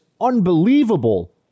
unbelievable